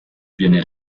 viene